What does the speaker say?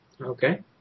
Okay